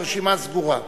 הרשימה סגורה.